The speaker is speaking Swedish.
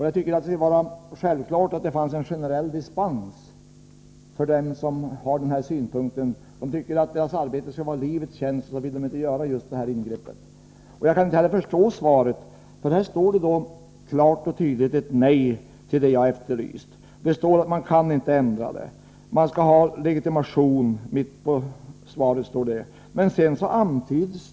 Jag tycker att det borde vara självklart att det fanns en generell dispens för dem som anlägger sådana här synpunkter. De anser att deras arbete skall vara i livets tjänst, och då vill de inte göra just nämnda ingrepp. Jag förstår inte svaret. Där finns ett klart och tydligt nej till det jag efterlyst. Det står att det inte går att göra någon förändring. Man skall ha legitimation, enligt vad som sägs i mitten av svaret.